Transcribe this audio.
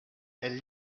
elle